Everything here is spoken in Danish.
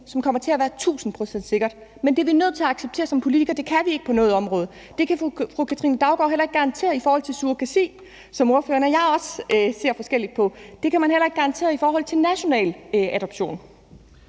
som kommer til at være tusind procent sikkert. Men vi er nødt til at acceptere som politikere, at det kan vi ikke på noget område. Det kan fru Katrine Daugaard heller ikke garantere i forhold til surrogasi, som ordføreren og jeg også ser forskelligt på. Det kan man heller ikke garantere i forhold til national adoption.